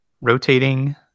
Rotating